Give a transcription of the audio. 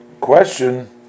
question